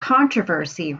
controversy